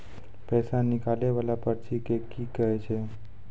पैसा निकाले वाला पर्ची के की कहै छै?